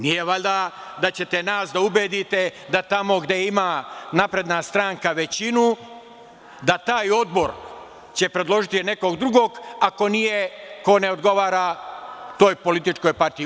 Nije valjda da ćete nas da ubedite da tamo gde ima SNS većinu, da taj odbor će predložiti nekog drugog, a ko nije, ko ne odgovara toj političkoj partiji.